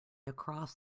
across